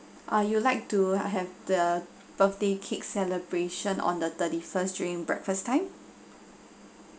uh you would like to have the birthday cake celebration on the thirty first during breakfast time